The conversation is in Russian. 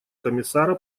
комиссара